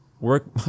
work